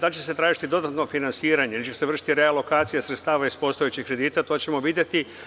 Da li će se tražiti dodatno finansiranje ili će se vršiti realokacija sredstava iz postojećih kredita, to ćemo videti.